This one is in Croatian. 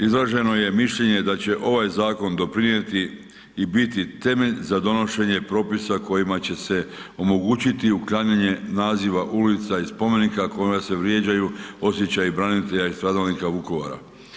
Izraženo je mišljenje da će ovaj zakon doprinijeti i biti temelj za donošenje propisa kojima će se omogućiti uklanjanje naziva ulica i spomenika kojima se vrijeđaju osjećaji branitelja i stradalnika Vukovara.